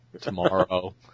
Tomorrow